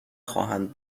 خواهند